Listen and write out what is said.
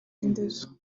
indezo